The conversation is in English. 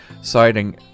citing